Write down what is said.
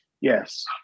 Yes